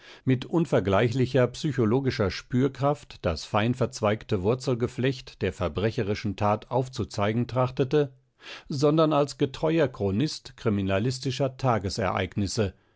mit unvergleichlicher psychologischer spürkraft das fein verzweigte wurzelgeflecht der verbrecherischen tat aufzuzeigen trachtete sondern als getreuer chronist kriminalistischer tagesereignisse